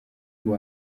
frw